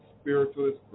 spiritualist